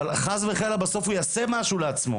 אבל חס וחלילה בסוף הוא יעשה משהו לעצמו.